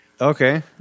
Okay